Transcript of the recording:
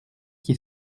qui